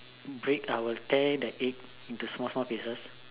break I'll tear the egg into small small pieces